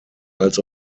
als